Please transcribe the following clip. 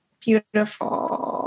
beautiful